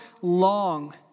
long